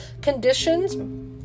Conditions